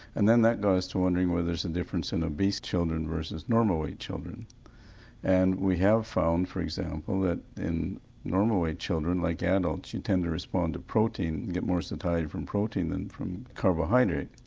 and then that goes to wondering whether there's a difference in obese children versus normal weight children and we have found for example that in normal weight children like adults you tend to respond to protein, you get more satiety from protein than from carbohydrate.